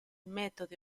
metodi